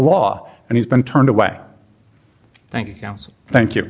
law and he's been turned away thank you thank you